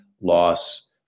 loss